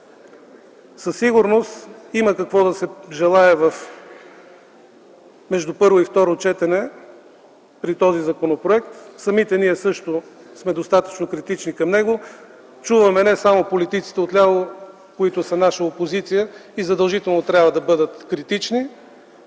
Със сигурност има какво да се желае между първо и второ четене на този законопроект. Самите ние също сме достатъчно критични към него, чуваме не само политиците отляво, които са наша опозиция и задължително трябва да бъдат критични,